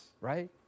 right